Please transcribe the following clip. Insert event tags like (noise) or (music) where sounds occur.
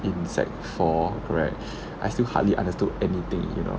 in sec four correct (noise) I still hardly understood anything you know